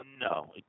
No